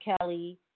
Kelly